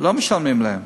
לא משלמים להם.